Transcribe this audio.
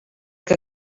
que